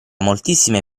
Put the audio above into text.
moltissime